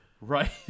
Right